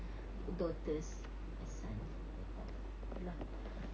daughters and son and all ya lah